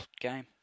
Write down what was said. game